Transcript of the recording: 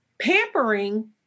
pampering